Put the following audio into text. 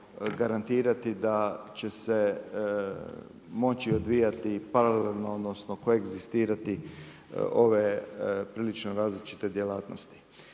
garantirati da će se moći odvijati paralelno odnosno koegzistirati ove prilično različite djelatnosti.